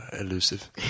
elusive